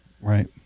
Right